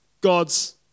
God's